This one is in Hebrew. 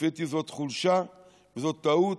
לפי דעתי זו חולשה וזו טעות.